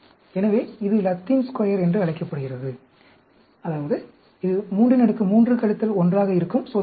எனவே இது 33 1 ஆக இருக்கும் சோதனை வகை